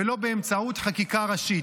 ולא באמצעות חקיקה ראשית.